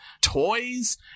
toys